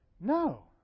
No